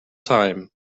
time